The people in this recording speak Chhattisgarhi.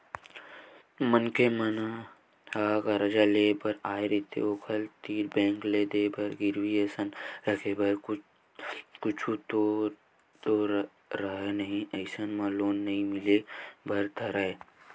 मनखे ह करजा लेय बर आय रहिथे ओखर तीर बेंक ल देय बर गिरवी असन रखे बर कुछु तको तो राहय नइ अइसन म लोन नइ मिले बर धरय